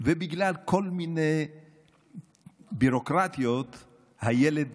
ובגלל כל מיני ביורוקרטיות הילד